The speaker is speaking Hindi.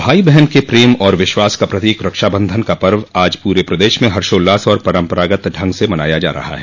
भाई बहन के प्रेम और विश्वास का प्रतीक रक्षा बन्धन पर्व आज पूरे प्रदेश में हर्षोल्लास और परम्परागत ढंग से मनाया जा रहा है